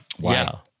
Wow